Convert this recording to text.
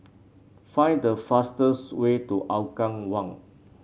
find the fastest way to Hougang One